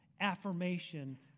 affirmation